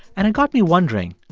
and it got me wondering,